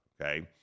okay